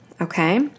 okay